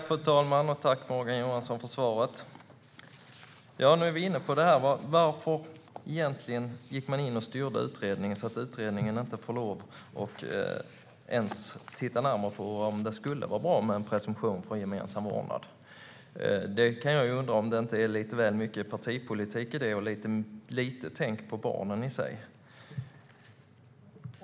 Fru talman! Tack, Morgan Johansson för svaret! Varför egentligen gick man in och styrde utredningen så att utredningen inte ens får titta närmare på om det skulle vara bra med en presumtion för gemensam vårdnad. Jag kan undra om det inte är lite väl mycket partipolitik i det och lite tänk på barnen i sig.